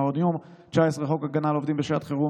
16. חוק דמי מחלה (היעדרות בשל מחלת ילד),